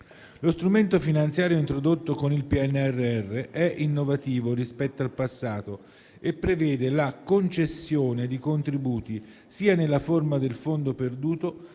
Lo strumento finanziario introdotto con il PNRR è innovativo rispetto al passato e prevede la concessione di contributi sia nella forma del fondo perduto